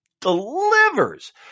Delivers